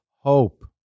hope